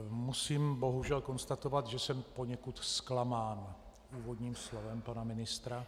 Musím bohužel konstatovat, že jsme poněkud zklamán úvodním slovem pana ministra.